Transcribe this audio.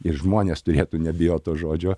ir žmonės turėtų nebijot to žodžio